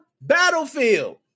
Battlefield